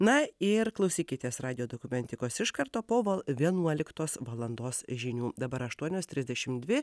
na ir klausykitės radijo dokumentikos iš karto po val vienuoliktos valandos žinių dabar aštuonios trisdešim dvi